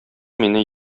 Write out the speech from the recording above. мине